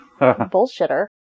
Bullshitter